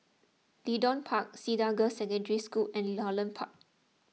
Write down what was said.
Leedon Park Cedar Girls' Secondary School and Holland Park